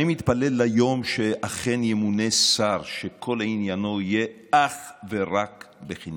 אני מתפלל ליום שאכן ימונה שר שכל עניינו יהיה אך ורק בחינוך.